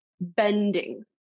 bending